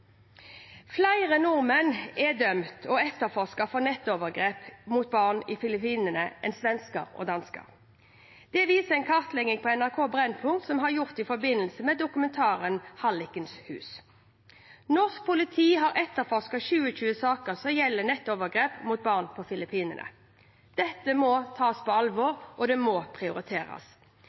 Flere nordmenn enn svensker og dansker er dømt og etterforsket for nettovergrep mot barn på Filippinene. Det viser en kartlegging NRK Brennpunkt har gjort i forbindelse med dokumentaren «Hallikens hus». Norsk politi har etterforsket 27 saker som gjelder nettovergrep mot barn på Filippinene. Dette må tas på alvor, og det må prioriteres.